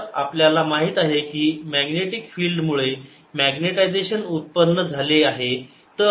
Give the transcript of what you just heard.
तर आपल्याला माहित आहे की मॅग्नेटिक फिल्ड मुळे मॅग्नेटायजेशन उत्पन्न झाले आहे